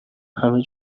همه